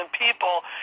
people